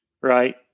right